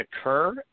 occur